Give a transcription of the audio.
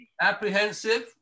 Apprehensive